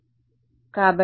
విద్యార్థి అవును కరెక్ట్